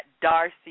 Darcy